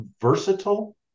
versatile